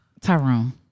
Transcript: Tyrone